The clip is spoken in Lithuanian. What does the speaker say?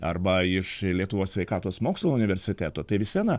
arba iš lietuvos sveikatos mokslų universiteto tai vis viena